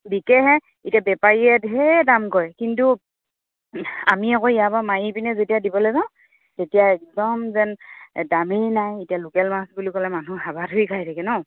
বিকেহে এতিয়া বেপাৰীয়ে ঢেৰ দাম কয় কিন্তু আমি আকৌ ইয়াৰ পা মাৰি পিনে যেতিয়া দিবলৈ যাওঁ তেতিয়া একদম যেন দামেই নাই এতিয়া লোকেল মাছ বুলি ক'লে মানুহ হাবাথুৰি খাই থাকে ন